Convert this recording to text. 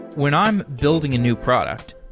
when i'm building a new product,